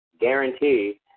guarantee